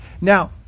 Now